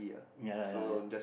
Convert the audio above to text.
ya lah ya ya